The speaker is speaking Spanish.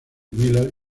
miller